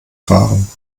fahren